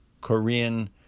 Korean